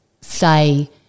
say